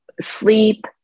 sleep